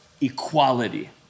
equality